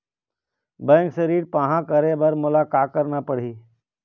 Bank से ऋण पाहां करे बर मोला का करना पड़ही?